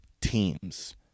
teams